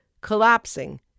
collapsing